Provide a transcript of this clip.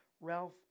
Ralph